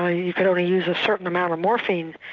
ah you could only use a certain amount of morphine,